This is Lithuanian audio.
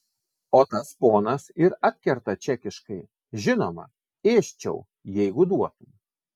o tas ponas ir atkerta čekiškai žinoma ėsčiau jeigu duotum